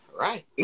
right